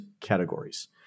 categories